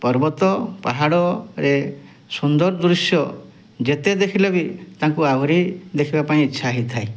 ପର୍ବତ ପାହାଡ଼ରେ ସୁନ୍ଦର ଦୃଶ୍ୟ ଯେତେ ଦେଖିଲେ ବି ତାଙ୍କୁ ଆହୁରି ଦେଖିବା ପାଇଁ ଇଚ୍ଛା ହେଇଥାଏ